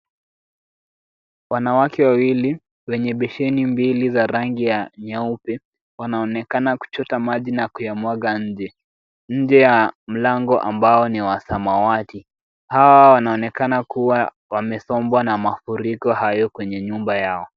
Wanawake wawili wenye besheni mbili za rangi ya nyeupe, wanaonekana kuchota maji na kuyamwaga nje. Nje ya mlango ambao ni wa samawati, hawa wanaonekana kuwa wamesombwa na mafuriko hayo kwenye nyumba yao.